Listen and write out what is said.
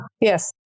Yes